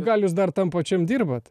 gal jus dar tam pačiam dirbat